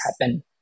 happen